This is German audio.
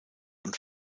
und